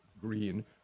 Green